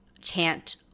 chant